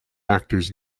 actors